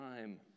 time